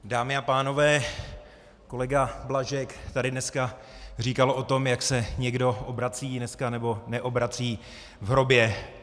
Dámy a pánové, kolega Blažek tady dneska říkal o tom, jak se někdo obrací nebo neobrací v hrobě.